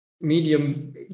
medium